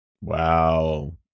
wow